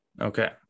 Okay